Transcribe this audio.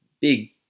big